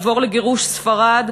עבור לגירוש ספרד,